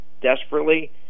desperately